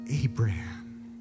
Abraham